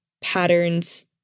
patterns